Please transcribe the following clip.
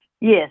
Yes